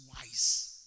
wise